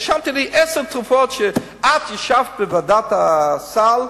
רשמתי לי עשר תרופות שכשאת ישבת בוועדת הסל,